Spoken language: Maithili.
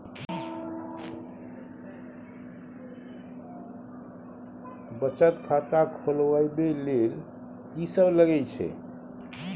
बचत खाता खोलवैबे ले ल की सब लगे छै?